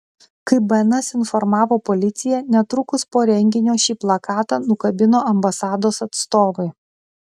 kaip bns informavo policija netrukus po renginio šį plakatą nukabino ambasados atstovai